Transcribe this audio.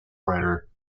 writer